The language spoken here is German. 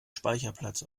speicherplatz